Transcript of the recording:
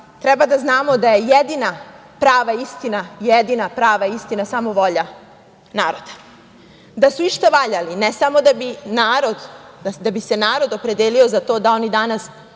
treba da znamo da je jedina prava istina samo volja naroda. Da su išta valjali, ne samo da bi se narod opredelio za to da oni danas